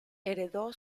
heredó